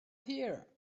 here